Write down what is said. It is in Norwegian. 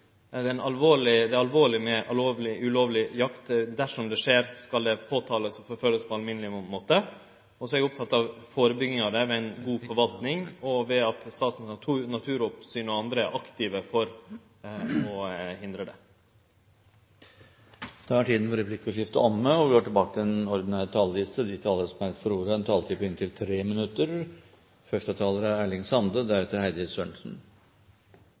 er oppteken av dokumentasjon. Det er alvorleg med ulovleg jakt. Dersom det skjer, skal det påtalast og forfølgjast på alminneleg måte. Så er eg oppteken av førebygging av det ved ei god forvaltning og ved at staten, ved Statens naturoppsyn og andre, er aktiv for å hindre det. Replikkordskiftet er dermed omme. De talere som heretter får ordet, har en taletid på inntil 3 minutter. Grunnen til